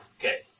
Okay